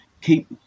keep